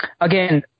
again